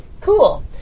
Cool